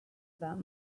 about